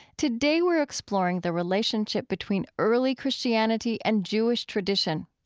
today we're exploring the relationship between early christianity and jewish tradition.